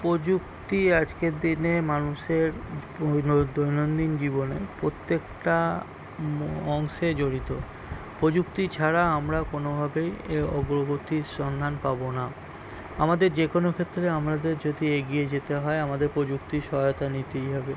প্রযুক্তি আজকের দিনে মানুষের দৈনন্দিন জীবনে প্রত্যেকটা অংশে জড়িত প্রযুক্তি ছাড়া আমরা কোনোভাবেই এ অগ্রগতির সন্ধান পাব না আমাদের যে কোনো ক্ষেত্রে আমাদের যদি এগিয়ে যেতে হয় আমাদের প্রযুক্তির সহায়তা নিতেই হবে